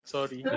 Sorry